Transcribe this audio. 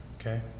okay